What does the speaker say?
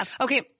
Okay